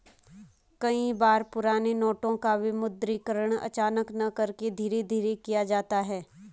कई बार पुराने नोटों का विमुद्रीकरण अचानक न करके धीरे धीरे किया जाता है